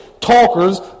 talkers